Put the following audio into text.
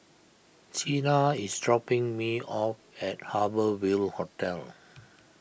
Chynna is dropping me off at Harbour Ville Hotel